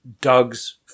Doug's